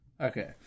Okay